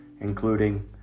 including